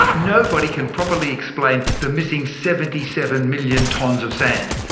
ah nobody can properly explain the missing seventy seven million tonnes of sand.